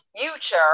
future